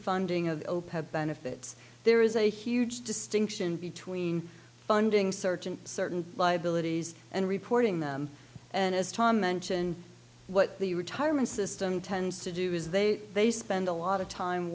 funding of opec benefits there is a huge distinction between funding search and certain liabilities and reporting them and as tom mentioned what the retirement system tends to do is they they spend a lot of time